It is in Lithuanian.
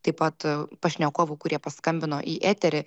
taip pat pašnekovų kurie paskambino į eterį